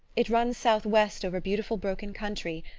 it runs southwest over beautiful broken country,